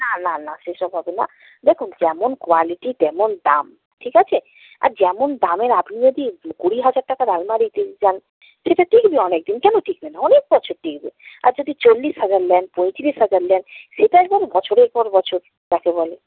না না না সেসব হবে না দেখুন যেমন কোয়ালিটি তেমন দাম ঠিক আছে আর যেমন দামের আপনি যদি কুড়ি হাজার টাকার আলমারি চান সেটা টিকবে অনেক দিন কেন টিকবে না অনেক বছর টিকবে আর যদি চল্লিশ হাজার নেন পঁয়ত্রিশ হাজার নেন সেটা এবারে বছরের পর বছর যাকে বলে